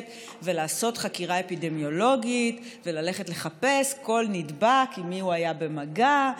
ולעשות חקירה אפידמיולוגית וללכת לחפש כל נדבק עם מי הוא היה במגע,